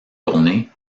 tournée